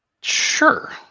Sure